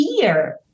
fear